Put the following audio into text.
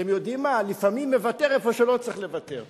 אתם יודעים מה, לפעמים לוותר איפה שלא צריך לוותר.